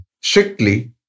strictly